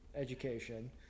education